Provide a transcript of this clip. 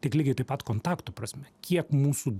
tiek lygiai taip pat kontaktų prasme kiek mūsų